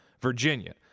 Virginia